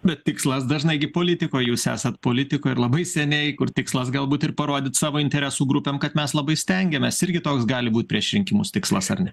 bet tikslas dažnai gi politikoj jūs esat politikoj ir labai seniai kur tikslas galbūt ir parodyt savo interesų grupėm kad mes labai stengiamės irgi toks gali būt prieš rinkimus tikslas ar ne